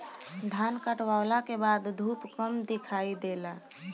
धान काटला के बाद धूप कम दिखाई देला